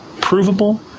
provable